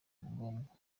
ngombwa